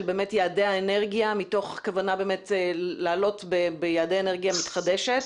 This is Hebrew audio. יעדי האנרגיה מתוך כוונה לעלות ביעדי אנרגיה מתחדשת.